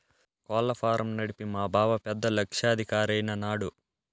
కోళ్ల ఫారం నడిపి మా బావ పెద్ద లక్షాధికారైన నాడు